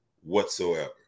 whatsoever